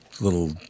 Little